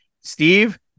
Steve